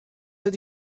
ydy